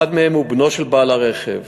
אחד מהם הוא בנו של בעל הרכב.